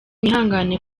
mwihangane